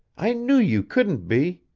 i knew you couldn't be.